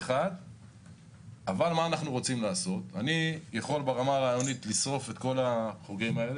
ברמה הרעיונית אני יכול לשרוף את כל החוגרים,